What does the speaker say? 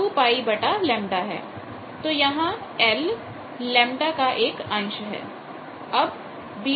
तो यहां l λ का एक अंश है